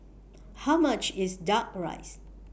How much IS Duck Rice